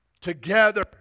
together